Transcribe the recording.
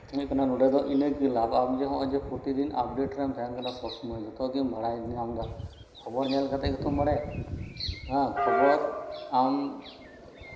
ᱵᱮᱯᱟᱨ ᱫᱚ ᱦᱩᱭᱩᱜ ᱠᱟᱱᱟ ᱤᱱᱟᱹᱜᱮ ᱞᱟᱵᱷ ᱟᱢ ᱡᱮ ᱯᱨᱚᱛᱤᱫᱤᱱ ᱟᱯᱰᱮᱴ ᱨᱮᱢ ᱛᱟᱸᱦᱮᱱ ᱠᱟᱱᱟ ᱥᱚᱢᱚᱭ ᱨᱮ ᱡᱚᱛᱚ ᱜᱮᱛᱚᱱ ᱵᱟᱲᱟᱭ ᱧᱟᱢ ᱫᱟ ᱠᱷᱚᱵᱚᱨ ᱧᱟᱢ ᱠᱟᱥᱛᱮᱜ ᱜᱮᱛᱚ ᱠᱷᱚᱵᱚᱨ ᱟᱢ